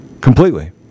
Completely